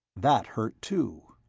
that hurt, too.